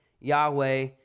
Yahweh